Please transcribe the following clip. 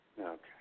Okay